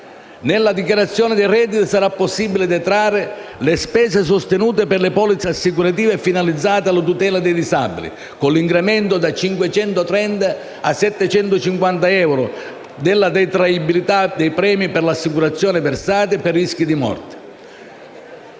Nella dichiarazione dei redditi sarà possibile detrarre le spese sostenute per le polizze assicurative finalizzate alla tutela dei disabili, con l'incremento da 530 a 750 euro della detraibilità dei premi per assicurazioni versate per rischi di morte.